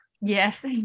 Yes